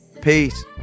Peace